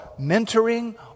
mentoring